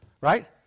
Right